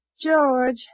George